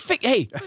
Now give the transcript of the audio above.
hey